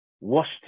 washed